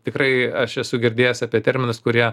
tikrai aš esu girdėjęs apie terminus kurie